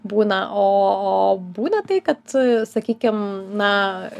būna o o būna tai kad sakykim na